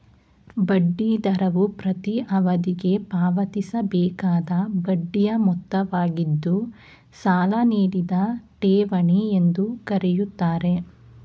ಬಡ್ಡಿ ದರವು ಪ್ರತೀ ಅವಧಿಗೆ ಪಾವತಿಸಬೇಕಾದ ಬಡ್ಡಿಯ ಮೊತ್ತವಾಗಿದ್ದು ಸಾಲ ನೀಡಿದ ಠೇವಣಿ ಎಂದು ಕರೆಯುತ್ತಾರೆ